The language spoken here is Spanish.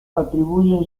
atribuyen